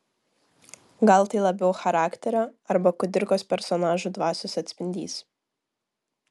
gal tai labiau charakterio arba kudirkos personažų dvasios atspindys